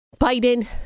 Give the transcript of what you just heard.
Biden